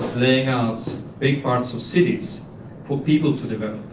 laying out big parts of cities for people to develop.